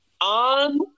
on